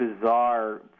bizarre